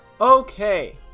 Okay